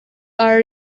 are